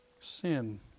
sin